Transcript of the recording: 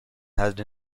had